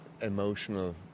emotional